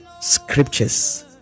scriptures